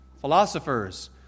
Philosophers